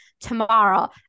tomorrow